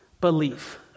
belief